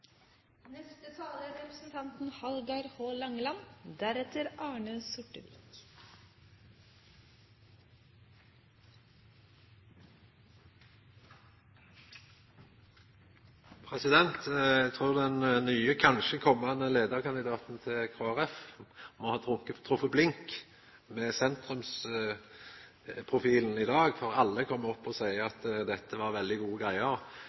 Eg trur den kanskje nye komande leiarkandidaten til Kristeleg Folkeparti må ha treft blink med sentrumsprofilen i dag, for alle har kome opp og sagt at dette var veldig gode greier.